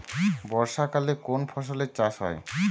বর্ষাকালে কোন ফসলের চাষ হয়?